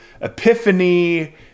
Epiphany